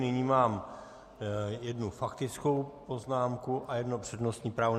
Nyní mám jednu faktickou poznámku a jedno přednostní právo.